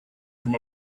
from